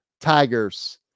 Tigers